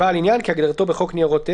"'בעל עניין' כהגדרתו בחוק ניירות ערך,".